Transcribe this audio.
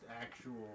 actual